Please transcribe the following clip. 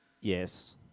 Yes